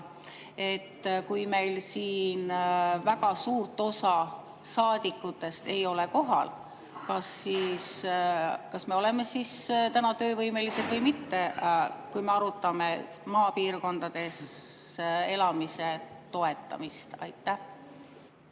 et kui meil siin väga suurt osa saadikutest ei ole kohal, kas me oleme siis täna töövõimelised või mitte, kui me arutame maapiirkondades elamise toetamist. Aitäh!